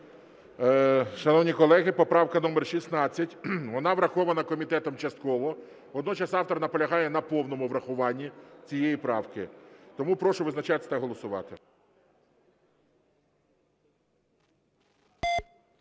Шановні колеги, поправка номер 16, вона врахована комітетом частково. Водночас автор наполягає на повному врахуванні цієї правки. Тому прошу визначатись та голосувати.